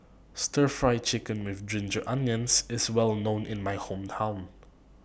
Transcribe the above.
Stir Fry Chicken with Ginger Onions IS Well known in My Hometown